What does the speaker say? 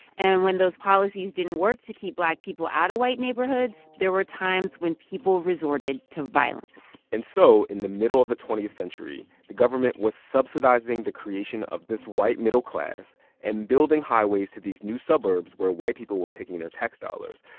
and when those policies didn't work to keep black people out of white neighborhoods, there were times when people resorted to violence and so in the middle of the twentieth century, the government was subsidizing the creation of this white middle class and building highways to these new suburbs where white people were taking their tax dollars.